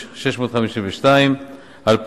86 מיליון ו-652,747 ש"ח,